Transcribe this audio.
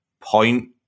point